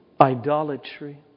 idolatry